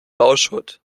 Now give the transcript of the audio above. bauschutt